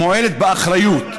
מועלת באחריות,